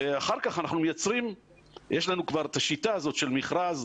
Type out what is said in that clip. ואחר כך יש לנו כבר את השיטה הזאת של מכרז.